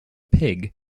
pig